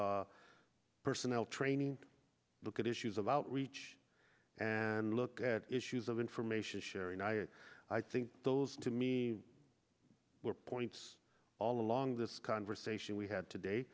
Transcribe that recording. personnel training look at issues of outreach and look at issues of information sharing i think those to me were points all along this conversation we had today